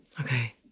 Okay